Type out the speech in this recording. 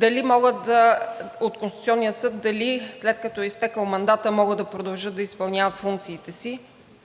тълкуване от Конституционния съд дали, след като е изтекъл мандатът, могат да продължат да изпълняват функциите си.